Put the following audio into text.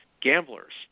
gamblers